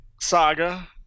Saga